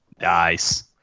nice